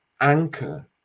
anchor